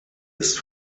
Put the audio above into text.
ist